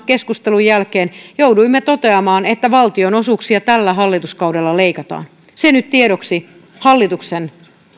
keskustelun jälkeen jouduimme toteamaan että valtionosuuksia tällä hallituskaudella leikataan se nyt tiedoksi hallituksen